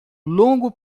longo